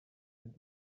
and